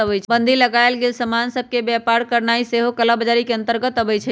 बन्दी लगाएल गेल समान सभ के व्यापार करनाइ सेहो कला बजारी के अंतर्गत आबइ छै